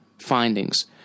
findings